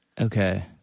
okay